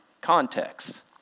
context